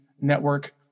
network